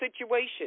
situation